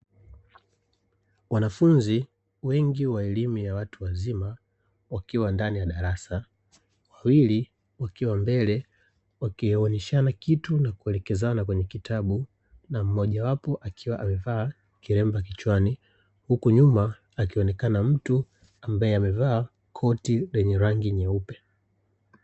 Wanafunzi wengi wa elimu ya watu wazima wakiwa ndani ya darasa. Wawili wakiwa mbele wakionyeshana kitu na kuelekezana kwenye kitabu, na mmoja wapo akiwa amevaa kilemba kichwani, huku nyuma akionekana mtu ambaye amevaa koti lenye rangi nyeupe.